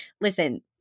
listen